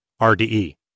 RDE